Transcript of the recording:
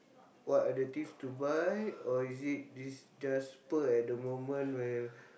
what are the things to buy or is it it's just spurt at the moment where